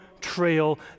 trail